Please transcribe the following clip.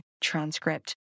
transcript